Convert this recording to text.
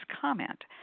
comment